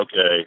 okay